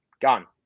gone